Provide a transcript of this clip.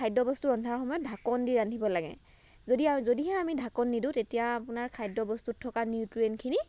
খাদ্য বস্তু ৰন্ধাৰ সময়ত ঢাকন দি ৰান্ধিব লাগে যদিহে যদিহে আমি ঢাকন নিদো তেতিয়া আপোনাৰ খাদ্য বস্তুত থকা নিউট্ৰেইন খিনি